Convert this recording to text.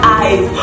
eyes